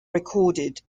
recorded